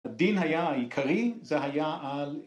הדין היה העיקרי, זה היה על...